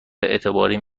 اعتباریم